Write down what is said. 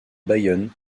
bayonne